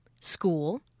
school